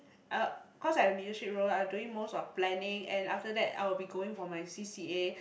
uh cause I in leadership role I doing most of planning and after that I'll be going for my C_C_A